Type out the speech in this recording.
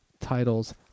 titles